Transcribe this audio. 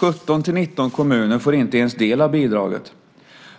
17-19 kommuner får inte ens del av bidraget.